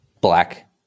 Black